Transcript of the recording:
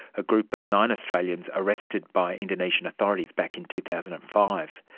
a group of nine australians arrested by indonesian authorities back in two thousand and five.